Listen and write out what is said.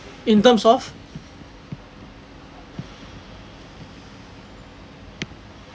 in terms of